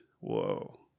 Whoa